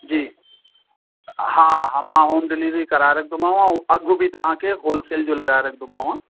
जी हा मां home delivery कराए रखंदोमांव ऐं अघु बि तव्हांखे होलसेल जो लॻाए रखंदोमांव